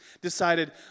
decided